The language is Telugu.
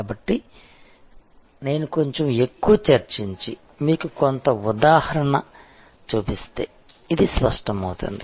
కాబట్టి నేను కొంచెం ఎక్కువ చర్చించి మీకు కొంత ఉదాహరణ చూపిస్తే ఇది స్పష్టమవుతుంది